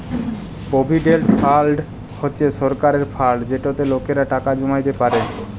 provident fund হছে সরকারের fund যেটতে লকেরা টাকা জমাইতে পারে